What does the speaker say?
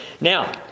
Now